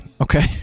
Okay